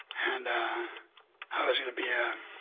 and i was going to be and